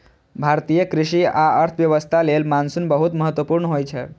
भारतीय कृषि आ अर्थव्यवस्था लेल मानसून बहुत महत्वपूर्ण होइ छै